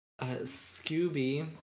Scooby